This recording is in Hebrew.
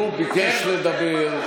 הוא ביקש לדבר.